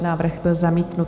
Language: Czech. Návrh byl zamítnut.